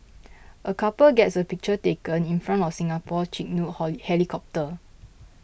a couple gets a picture taken in front of Singapore's Chinook holy helicopter